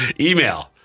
Email